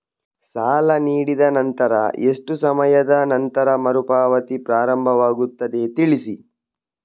ಸಾಲ ನೀಡಿದ ನಂತರ ಎಷ್ಟು ಸಮಯದ ನಂತರ ಮರುಪಾವತಿ ಪ್ರಾರಂಭವಾಗುತ್ತದೆ ತಿಳಿಸಿ?